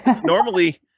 normally